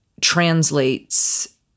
translates